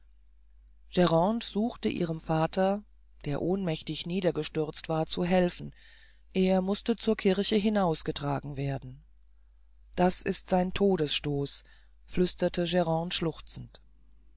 grande suchte ihrem vater der ohnmächtig niedergestürzt war zu helfen er mußte zur kirche hinausgetragen werden das ist sein todesstoß flüsterte grande schluchzend